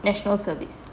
national service